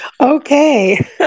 Okay